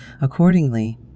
accordingly